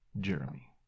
Jeremy